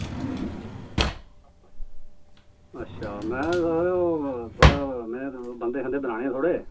अच्छा में सर बंधे शंदे बनाने थोह्डे़